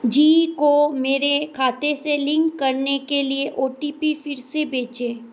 जी को मेरे खाते से लिंक करने के लिए ओ टी पी फिर से भेजें